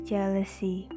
Jealousy